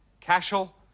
Cashel